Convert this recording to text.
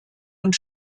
und